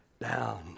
down